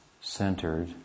centered